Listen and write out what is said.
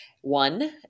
one